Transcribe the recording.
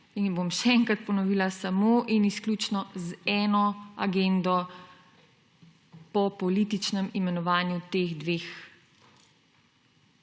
in bom še enkrat ponovila, samo in izključno z eno agendo – po političnem imenovanju dveh